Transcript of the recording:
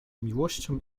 miłością